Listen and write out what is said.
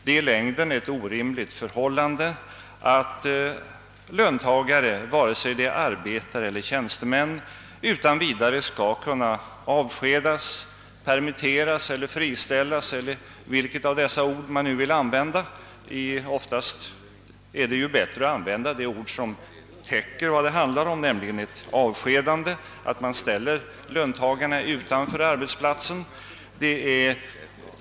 Det är i längden ett orimligt förhållande att löntagare — vare sig de är arbetare eller tjänstemän — utan vidare skall kunna avskedas, permitteras eller friställas, vilket av dessa ord man vill använda; ofta är det bättre att välja det ord som täcker vad det handlar om, nämligen ett avskedande, att man ställer löntagarna utanför arbetsplatsen.